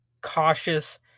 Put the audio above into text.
cautious